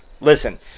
listen